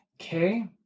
Okay